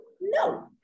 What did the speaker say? No